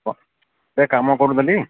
ସେ କାମ କରୁଛନ୍ତି